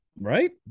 right